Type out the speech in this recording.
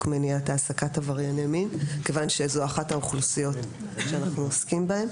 מניעת העסקת עברייני מין כיוון שזו אחת האוכלוסיות שאנחנו עוסקים בהן.